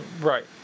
right